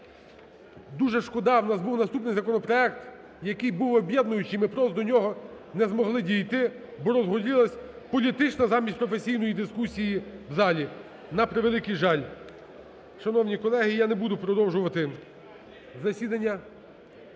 Дуже шкода. У нас був наступний законопроект, який був об'єднуючий, ми просто до нього не змогли дійти, бо розгорілась політична замість професійної дискусія в залі, на превеликий жаль. Шановні колеги, я не буду продовжувати засідання,